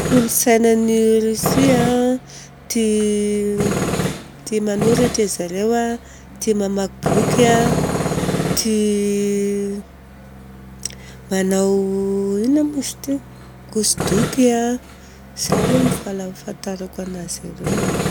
Kolontsainan'ny Rosia a: tia manoratra arizareo a, tia mamaky boky a, tia manao inona moa izy teo? kosodoky a. Izay aloha ny fahatarako anazy ireo e.